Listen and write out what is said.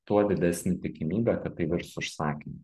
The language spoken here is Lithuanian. tuo didesnė tikimybė kad tai virs užsakymu